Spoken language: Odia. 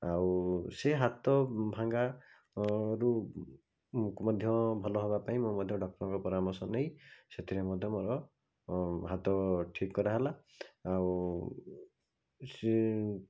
ଆଉ ସେ ହାତ ଭଙ୍ଗା ରୁ ମୁଁ ମଧ୍ୟ ଭଲ ହେବା ପାଇଁ ମୁଁ ମଧ୍ୟ ଡକ୍ଟରଙ୍କ ପରାମର୍ଶ ନେଇ ସେଥିରେ ମଧ୍ୟ ମୋର ହାତ ଠିକ୍ କରାହେଲା ଆଉ ସେ